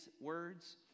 words